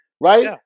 right